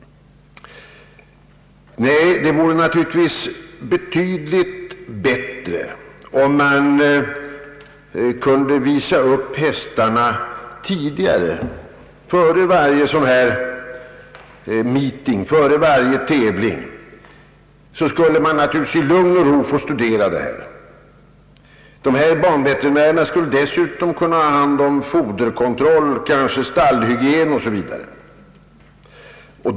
Nej, det vore naturligtvis betydligt bättre om man kunde visa upp hästarna före varje tävling så att vederbörande i lugn och ro kunde få studera dem. Banveterinärerna skulle dessutom kunna ha hand om foderkontroll och kanske stallhygien m.m.